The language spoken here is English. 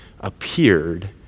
appeared